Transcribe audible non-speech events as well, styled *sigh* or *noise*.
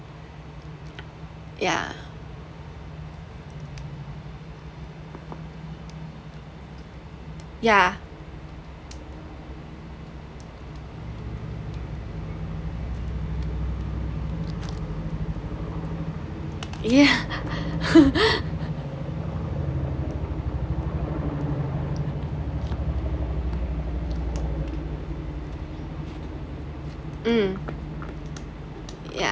yeah yeah *laughs* um yeah